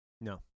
No